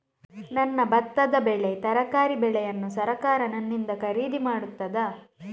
ನನ್ನ ಭತ್ತದ ಬೆಳೆ, ತರಕಾರಿ ಬೆಳೆಯನ್ನು ಸರಕಾರ ನನ್ನಿಂದ ಖರೀದಿ ಮಾಡುತ್ತದಾ?